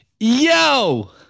yo